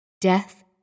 Death